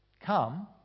Come